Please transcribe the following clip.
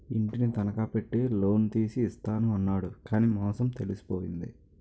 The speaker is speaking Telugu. ఇంటిని తనఖా పెట్టి లోన్ తీసి ఇస్తాను అన్నాడు కానీ మోసం తెలిసిపోయింది